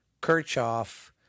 Kirchhoff